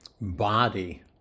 Body